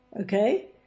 okay